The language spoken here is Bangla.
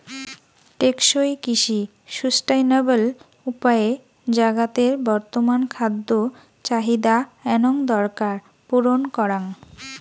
টেকসই কৃষি সুস্টাইনাবল উপায়ে জাগাতের বর্তমান খাদ্য চাহিদা এনং দরকার পূরণ করাং